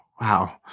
wow